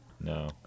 No